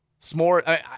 S'more